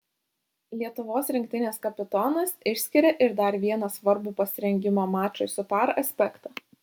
lietuvos rinktinės kapitonas išskiria ir dar vieną svarbų pasirengimo mačui su par aspektą